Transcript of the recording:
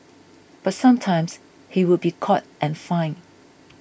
but sometimes he would be caught and fined